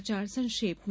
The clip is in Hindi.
समाचार संक्षेप में